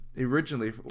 originally